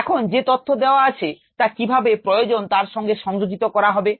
এখন যে তথ্য দেওয়া আছে তা কিভাবে প্রয়োজন তার সঙ্গে সংযোজিত করা হবে